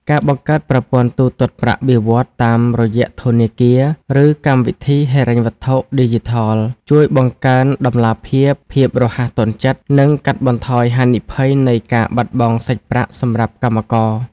ការបង្កើតប្រព័ន្ធទូទាត់ប្រាក់បៀវត្សតាមរយៈធនាគារ ឬកម្មវិធីហិរញ្ញវត្ថុឌីជីថល ជួយបង្កើនតម្លាភាព ភាពរហ័សទាន់ចិត្ត និងកាត់បន្ថយហានិភ័យនៃការបាត់បង់សាច់ប្រាក់សម្រាប់កម្មករ។